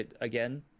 again